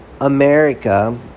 America